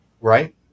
right